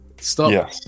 stop